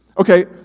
Okay